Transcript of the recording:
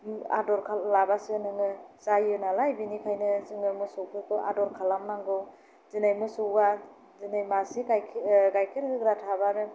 आदर लाब्लासो नोङो जायो नालाय बेनिखायनो जों मोसौफोरखौ आदोर खालामनांगौ दिनै मोसौआ दिनै गाइखेर गाइखेर होग्रा थाब्लानो